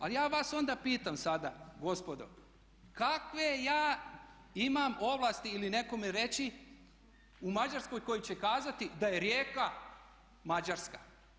Ali ja vas onda pitam sada gospodo kakve ja imam ovlasti nekome reći u Mađarskoj koji će kazati da je Rijeka Mađarska.